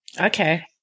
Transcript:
Okay